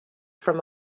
from